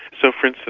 so for instance,